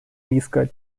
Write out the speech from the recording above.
риска